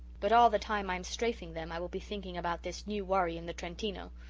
but all the time i am strafing them i will be thinking about this new worry in the trentino.